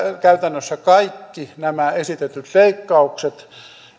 käytännössä kaikki nämä esitetyt leikkaukset